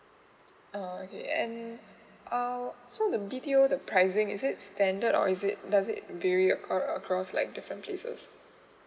oh okay uh I um so they will give you the pricing is it standard or is it does it vary a across like different places